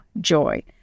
joy